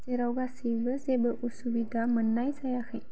जेराव गासैबो जेबो उसुबिदा मोननाय जायाखै